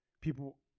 people